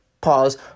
Pause